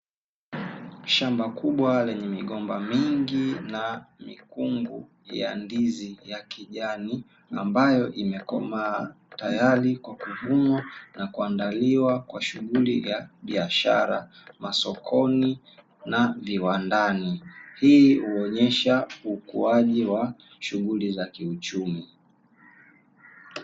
Shamba kubwa lenye migomba mingi na mikungu ya ndizi ya kijani, ambayo imekomaa tayari kwa kuvunwa na kuandaliwa kwa shughuli ya biashara masokoni na viwandani. Hii huonyesha ukuaji wa shughuli za kiuchumi.